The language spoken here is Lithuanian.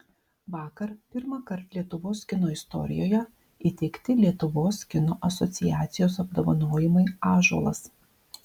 vakar pirmąkart lietuvos kino istorijoje įteikti lietuvos kino asociacijos apdovanojimai ąžuolas